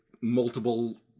multiple